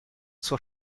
zur